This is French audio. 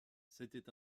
c’était